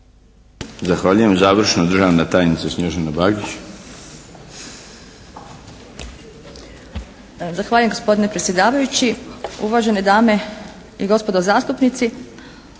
Zahvaljujem. Završno. Državna tajnica Snježana Bagić.